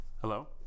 Hello